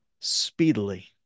speedily